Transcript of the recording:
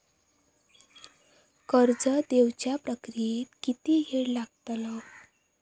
कर्ज देवच्या प्रक्रियेत किती येळ लागतलो?